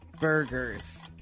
Burgers